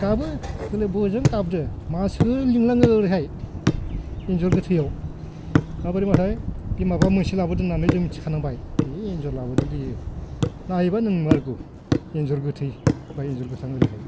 गाबो बोलो बोजों गाबदो मानसिखो लिंलाङो ओरैहाय एनजर गोथैआव आंबो रोङाखाय माबा मोनसे लाबोदों होनानै जों मिथिखानांबाय बे एन्जर लाबोदोंलै एयो नायबा नंमारगौ एन्जर गोथै बा एन्जर गोथां ओरैहाय